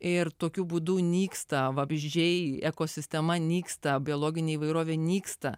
ir tokiu būdu nyksta vabzdžiai ekosistema nyksta biologinė įvairovė nyksta